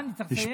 אני צריך לסיים?